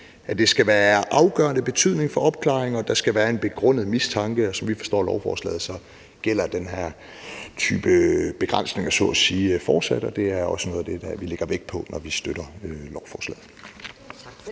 at det skal være af afgørende betydning for opklaringen, og at der skal være en begrundet mistanke. Som vi forstår lovforslaget, gælder den her type begrænsninger så at sige fortsat, og det er også noget af det, vi lægger vægt på, når vi støtter lovforslaget.